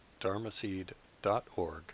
dharmaseed.org